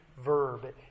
verb